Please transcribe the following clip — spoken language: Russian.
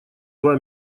два